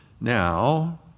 Now